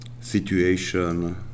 situation